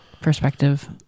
perspective